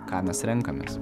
ką mes renkamės